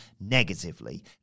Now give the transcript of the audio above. negatively